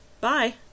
bye